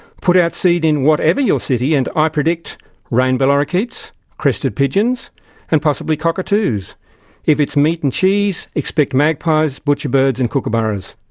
put out seed in whatever your city and i predict rainbow lorikeets, crested pigeons and possibly cockatoos if its meat or and cheese, expect magpies, butcherbirds and kookaburras.